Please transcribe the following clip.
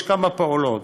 יש כמה פעולות,